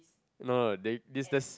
no no no this just